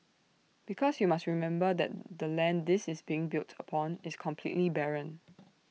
because you must remember that the land this is being built upon is completely barren